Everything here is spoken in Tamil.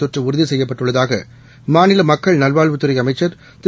தொற்று உறுதி செய்யப்பட்டுள்ளதாக மாநில மக்கள் நல்வாழ்வுத் துறை அமைச்சர் திரு